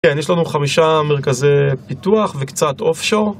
כן, יש לנו חמישה מרכזי פיתוח וקצת Off-show